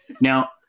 Now